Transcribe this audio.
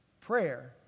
prayer